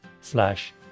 slash